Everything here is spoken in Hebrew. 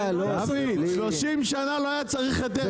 30 שנה לא היה צריך היתר.